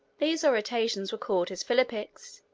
these orations were called his philippics,